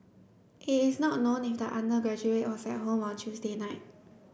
it is not known if the undergraduate was at home on Tuesday night